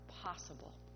possible